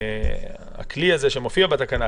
כלי האגרות שמופיע בתקנה,